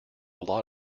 lot